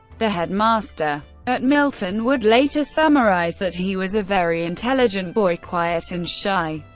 the headmaster at milton would later summarize that he was a very intelligent boy, quiet and shy,